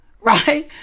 Right